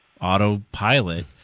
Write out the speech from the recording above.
autopilot